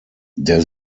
der